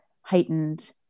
heightened